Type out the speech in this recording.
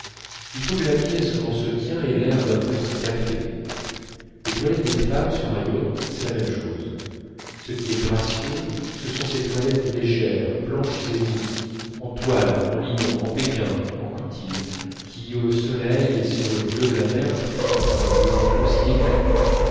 il faut que la pièce où l'on se tient ait l'air d'un petit café les toilettes des femmes sur un yacht c'est la même chose ce qui est gracieux ce sont ces toilettes légères blanches et unies en toile en linon en pékin en coutil qui au soleil et sur le bleu de la mer font un blanc aussi éclatant